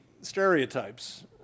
stereotypes